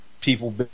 people